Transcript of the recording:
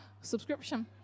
Subscription